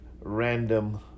random